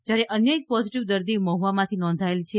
જ્યારે અન્ય એક પોઝીટીવ દર્દી મહ્વા માંથી નોંધાયેલ છે